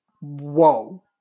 whoa